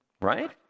Right